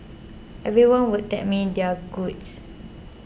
everyone would tell me their goods